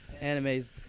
Anime's